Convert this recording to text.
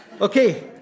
Okay